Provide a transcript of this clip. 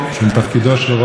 וכבודו היה ראש עיר,